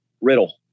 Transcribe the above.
Riddle